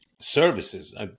services